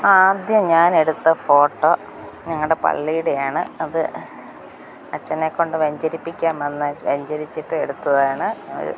ആദ്യം ഞാൻ എടുത്ത ഫോട്ടോ ഞങ്ങളുടെ പള്ളിയുടെയാണ് അത് അച്ഛനെക്കണ്ട് വെഞ്ചരിപ്പിക്കാൻ വന്ന് വെഞ്ചരിച്ചിട്ട് എടുത്തതാണ്